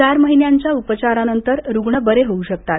चार महिन्यांच्या उपचारानंतर रुग्ण बरे होऊ शकतात